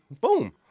Boom